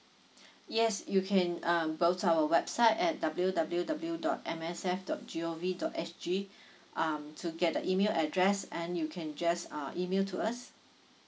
yes you can um go to our website at W W W dot M S F dot G O V dot S G um to get the email address and you can just uh email to us